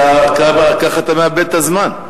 כך אתה מאבד את הזמן.